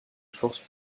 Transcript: force